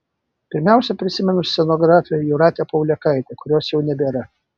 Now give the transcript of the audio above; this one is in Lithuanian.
pirmiausia prisimenu scenografę jūratę paulėkaitę kurios jau nebėra